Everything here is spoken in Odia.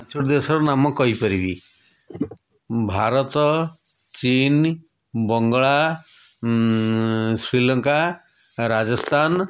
ପାଞ୍ଚୋଟି ଦେଶର ନାମ କହିପାରିବି ଭାରତ ଚୀନ୍ ବଙ୍ଗଳା ଶ୍ରୀଲଙ୍କା ରାଜସ୍ଥାନ୍